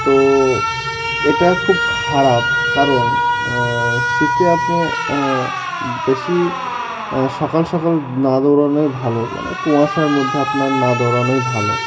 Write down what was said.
তো এটা খুব খারাপ কারণ শীতে আপনি বেশি সকাল সকাল না দৌড়ানোই ভালো মানে কুয়াশার মধ্যে আপনার না দৌড়ানোই ভালো